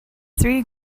three